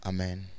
Amen